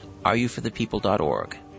areyouforthepeople.org